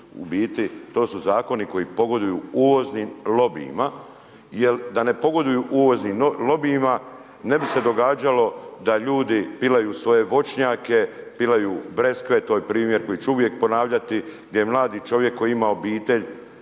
to su zakoni koji pogoduju uvoznim lobijima jer da ne pogoduju uvoznim lobijima ne bi se događalo da ljudi pilaju svoje voćnjake, pilaju breskve, to je primjer koji ću uvijek ponavljati, gdje mladi čovjek koji ima obitelj